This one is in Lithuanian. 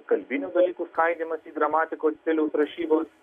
kalbinių dalykų skaidymąs į gramatikos stiliaus rašybos